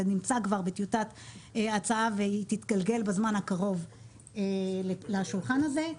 זה נמצא כבר בטיוטת הצעה והיא תתגלגל בזמן הקרוב לשולחן הזה.